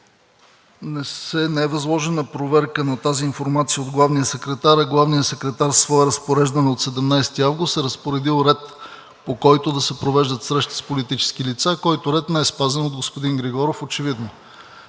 не е възложена проверка на тази информация от главния секретар, а главният секретар със свое разпореждане от 17 август е разпоредил ред, по който да се провеждат срещи с политически лица, който ред очевидно не е спазен от господин Григоров.